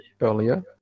earlier